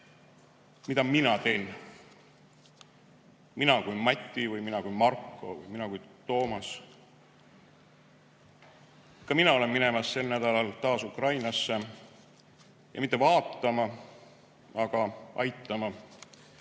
mida mina teen, mina kui Mati või mina kui Marko, mina kui Toomas. Ka mina lähen sel nädalal taas Ukrainasse ja mitte vaatama, vaid aitama